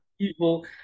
people